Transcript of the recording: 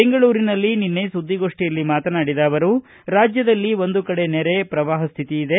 ಬೆಂಗಳೂರಿನಲ್ಲಿ ನಿನ್ನೆ ಸುದ್ದಿಗೋಷ್ಠಿಯಲ್ಲಿ ಮಾತನಾಡಿದ ಅವರು ರಾಜ್ಯದಲ್ಲಿ ಒಂದು ಕಡೆ ನೆರೆ ಪ್ರವಾಹ ಸ್ಥಿತಿ ಇದೆ